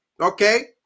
Okay